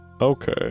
Okay